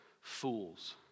fools